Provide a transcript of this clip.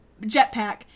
jetpack